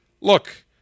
Look